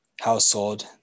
household